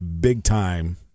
big-time